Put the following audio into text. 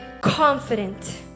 confident